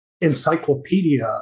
encyclopedia